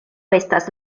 estas